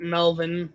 Melvin